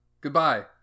Goodbye